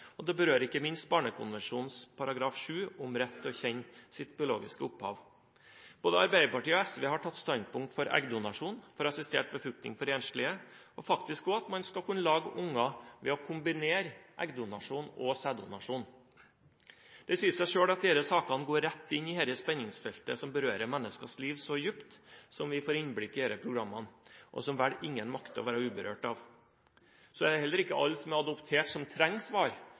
og det berører ikke minst Barnekonvensjonens artikkel 7, om retten til å kjenne sitt biologiske opphav. Både Arbeiderpartiet og SV har tatt standpunkt for eggdonasjon, assistert befruktning for enslige og faktisk også for at man skulle kunne lage barn ved å kombinere eggdonasjon og sæddonasjon. Det sier seg selv at disse sakene går rett inn i dette spenningsfeltet som berører menneskers liv så dypt som det vi får innblikk i i disse programmene og som vel ingen makter å være uberørt av. Det er heller ikke alle som er adoptert